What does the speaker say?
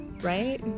Right